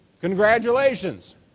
Congratulations